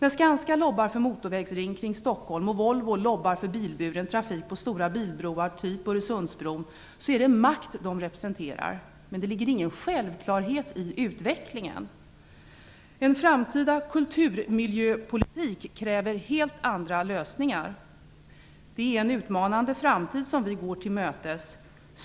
Skanska bedriver lobbying för en motorvägsring runt Stockholm, och Volvo bedriver lobbying för bilburen trafik på stora bilbroar som t.ex. Öresundsbron. De företagen representerar makt. Men det ligger ingen självklarhet i utvecklingen. En framtida kulturmiljöpolitik kräver helt andra lösningar. Det är en utmanande framtid vi går till mötes.